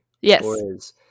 Yes